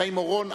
חיים אורון,